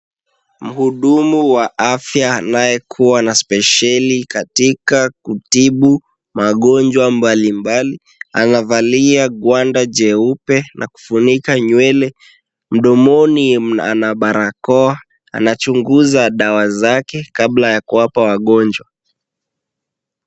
Muhudumu wa afya anayekuwa na spesheli katika kutibu magonjwa mbalimbali, anavalia ngwanda jeupe na kufunika nywele. Mdomoni ana barakoa. Anachunguza dawa zake kabla ya kuwapa wagonjwa.